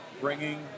bringing